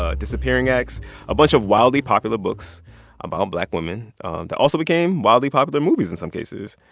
ah disappearing acts a bunch of wildly popular books about um black women that also became wildly popular movies in some cases.